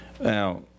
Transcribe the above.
Now